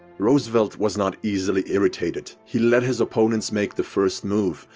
roosevelt was not easily irritated. he let his opponents make the first move,